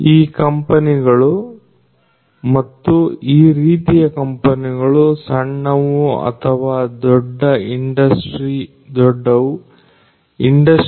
ಈ ಕಂಪನಿಗಳು ಮತ್ತು ಈ ರೀತಿಯ ಕಂಪನಿಗಳು ಸಣ್ಣವು ಅಥವಾ ದೊಡ್ಡ ಇಂಡಸ್ಟ್ರಿ4